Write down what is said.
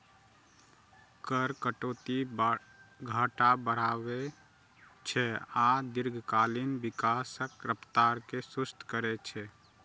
कर कटौती घाटा बढ़ाबै छै आ दीर्घकालीन विकासक रफ्तार कें सुस्त करै छै